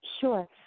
Sure